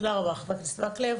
תודה רבה, חבר הכנסת מקלב.